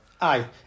Aye